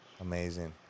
amazing